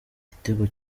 igitego